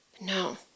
No